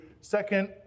second